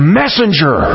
messenger